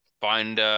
find